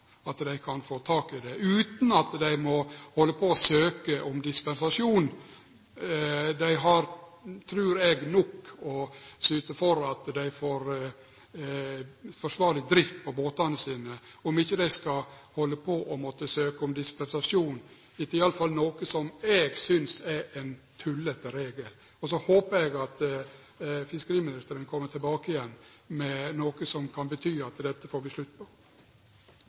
for dei som skal syte for å få tak i mannskap på båtane – utan at dei må halde på å søkje om dispensasjon. Eg trur dei har nok med å syte for at dei får forsvarleg drift på båtane sine, om dei ikkje skal halde på å måtte søkje om dispensasjon etter noko som i alle fall eg synest er ein tullete regel. Så håper eg fiskeriministeren kjem tilbake med noko som kan bety at vi får slutt på